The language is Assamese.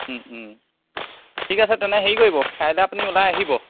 ঠিক আছে তেনে হেৰি কৰিব কাইলৈ আপুনি ওলাই আহিব